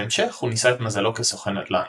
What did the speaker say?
בהמשך הוא ניסה את מזלו כסוכן נדל"ן.